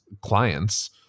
clients